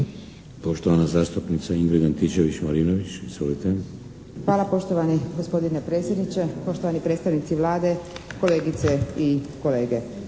Poštovana zastupnica Ingrid Antičević-Marinović. **Antičević Marinović, Ingrid (SDP)** Hvala poštovani gospodine predsjedniče. Poštovani predstavnici Vlade, kolegice i kolege.